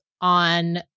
on